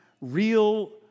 real